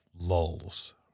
lulls